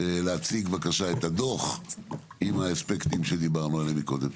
להציג בבקשה את הדוח עם האספקטים שדיברנו עליהם מקודם.